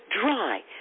dry